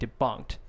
debunked